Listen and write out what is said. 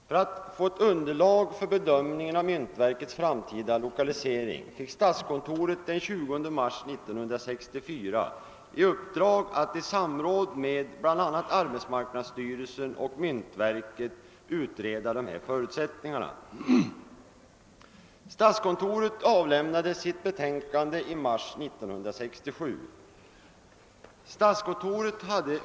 För att man skulle få ett underlag för bedömningen av myntverkets framtida lokalisering fick statskontoret den 20 mars 1964 i uppdrag att i samråd med bl.a. arbetsmarknadsstyrelsen och myntverket utreda förutsättningarna härför. Statskontoret avlämnade sitt betänkande i mars 1967.